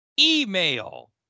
email